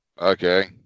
Okay